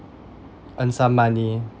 earn some money